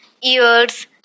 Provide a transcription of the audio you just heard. ears